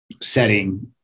setting